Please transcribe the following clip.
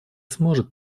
сможет